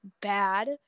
bad